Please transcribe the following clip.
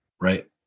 right